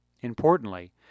Importantly